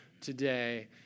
today